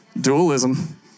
Dualism